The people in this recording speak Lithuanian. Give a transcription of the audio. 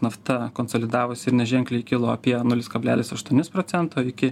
nafta konsolidavosi ir neženkliai kilo apie nulis kablelis aštuonis procento iki